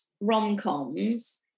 rom-coms